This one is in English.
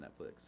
Netflix